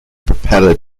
propeller